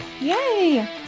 yay